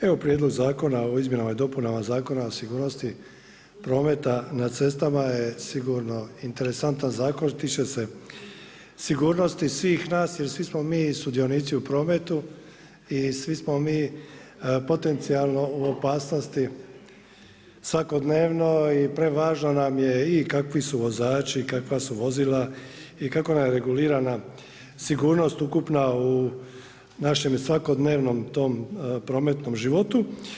Evo Prijedlog zakona o izmjenama i dopunama Zakona o sigurnosti prometa na cestama je sigurno interesantan zakon jer tiče se sigurnosti svih nas jer svi smo mi sudionici u prometu i svi smo mi potencijalno u opasnosti svakodnevno i prevažno nam je i kakvi su vozači i kakva su vozila i kako nam je regulirana sigurnost ukupna u našem svakodnevnom tom prometnom životu.